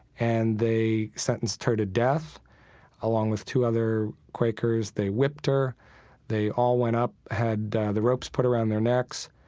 and they sentenced her to death along with two other quakers. they whipped her they all went up had the ropes put around their necks.